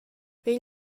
vegn